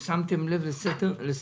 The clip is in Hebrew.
אם שמתם לב לסדר-היום,